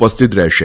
ઉપસ્થિત રહેશે